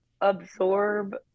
absorb